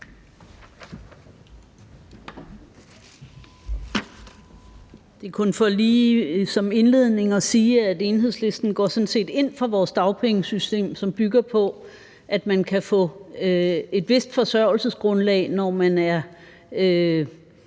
Det er kun for lige som indledning at sige, at Enhedslisten sådan set går ind for vores dagpengesystem, som bygger på, at man kan få et vist forsørgelsesgrundlag, når man er